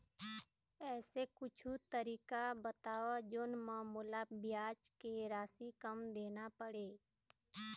ऐसे कुछू तरीका बताव जोन म मोला ब्याज के राशि कम देना पड़े?